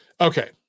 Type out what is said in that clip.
Okay